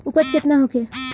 उपज केतना होखे?